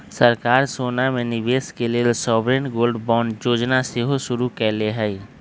सरकार सोना में निवेश के लेल सॉवरेन गोल्ड बांड जोजना सेहो शुरु कयले हइ